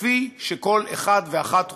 כפי שכל אחד ואחת רוצים,